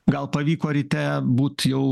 gal pavyko ryte būti jau